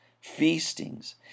feastings